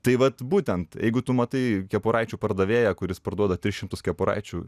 tai vat būtent jeigu tu matai kepuraičių pardavėją kuris parduoda tris šimtus kepuraičių